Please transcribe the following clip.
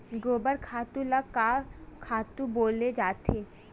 गोबर खातु ल का खातु बोले जाथे?